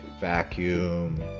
vacuum